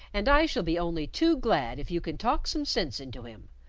and i shall be only too glad if you can talk some sense into him.